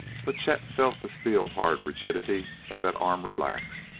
but chet felt the steel-hard rigidity of that arm relax,